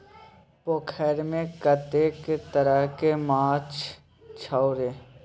पोखैरमे कतेक तरहके माछ छौ रे?